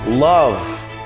Love